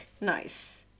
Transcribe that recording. nice